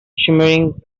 shimmering